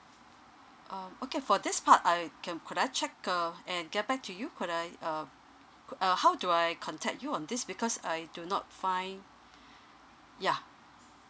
um okay for this part I can could I check uh and get back to you could I uh could uh how do I contact you on this because I do not find yeah